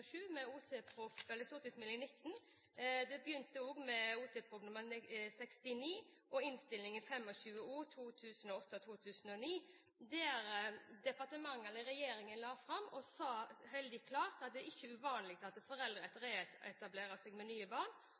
2006/2007 med St.meld. nr. 19 for 2006–2007. Det begynte også med Ot.prp. nr. 69 for 2007–2008 – og Innst. O nr. 25 for 2008–2009 – der regjeringen sa veldig klart at det ikke er uvanlig at foreldre reetablerer seg med nye barn,